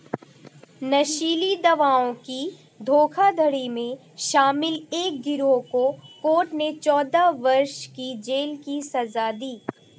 नशीली दवाओं की धोखाधड़ी में शामिल एक गिरोह को कोर्ट ने चौदह वर्ष की जेल की सज़ा दी